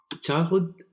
Childhood